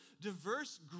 diverse